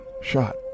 shot